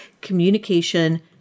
communication